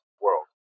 world